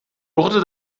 wurde